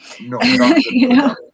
No